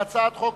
חקיקה)